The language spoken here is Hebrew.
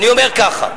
אני אומר ככה: